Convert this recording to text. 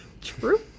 True